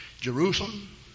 Jerusalem